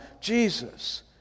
Jesus